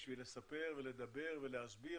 כדי לספר, לדבר ולהסביר.